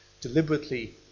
deliberately